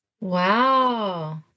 wow